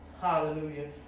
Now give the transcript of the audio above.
Hallelujah